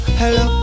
hello